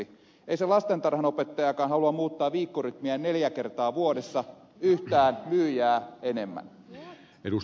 ei se lastentarhanopettajakaan halua muuttaa viikkorytmiään neljä kertaa vuodessa yhtään myyjää enemmän